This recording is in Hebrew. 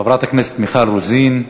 חברת הכנסת מיכל רוזין,